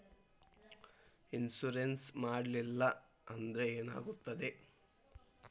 Insurance ಮಾಡಲಿಲ್ಲ ಅಂದ್ರೆ ಏನಾಗುತ್ತದೆ?